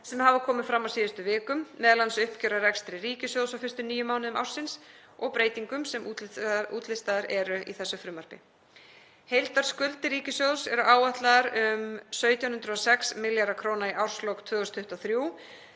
sem hafa komið fram á síðustu vikum, m.a. uppgjör á rekstri ríkissjóðs á fyrstu níu mánuðum ársins og breytingum sem útlistaðar eru í þessu frumvarpi. Heildarskuldir ríkissjóðs eru áætlaðar um 1.706 milljarðar kr. í árslok 2023